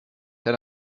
der